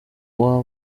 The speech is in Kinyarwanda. waba